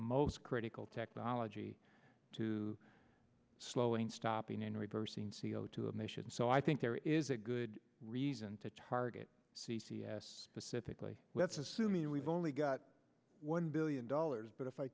most critical technology to slowing stopping in reversing c o two emissions so i think there is a good reason to target c c s specifically let's assume you know we've only got one billion dollars but if i